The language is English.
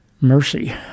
mercy